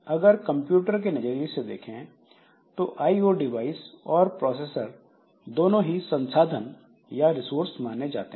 अगर कंप्यूटर के नजरिए से देखें तो आइओ डिवाइस और प्रोसेसर दोनों ही संसाधन या रिसोर्स माने जाते हैं